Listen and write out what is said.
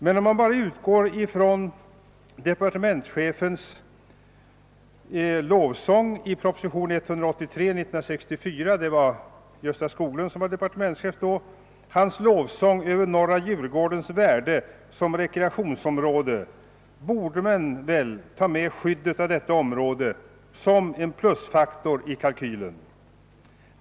Men om man utgår från departementschefens lovsång i proposition nr 183 år 1964 — då var Gösta Skoglund departementschef — över norra Djurgårdens värde som rekreationsområde, borde man väl ta med skyddet av detta område som en plusfaktor i kalkylen.